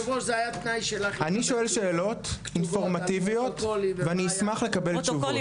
אני שואל שאלות אינפורמטיביות ואשמח לקבל תשובות.